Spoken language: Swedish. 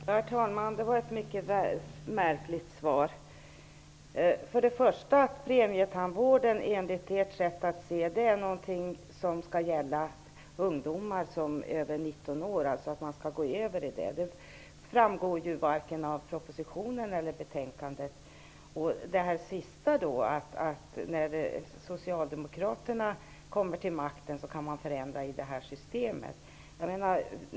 Herr talman! Det var ett mycket märkligt svar. Premietandvården är enligt ert sätt att se någonting som ungdomar över 19 år skall gå över i. Det framgår varken av propositionen eller av betänkandet. Det sista Margareta Israelsson sade var att när Socialdemokraterna kommer till makten kan man förändra i systemet!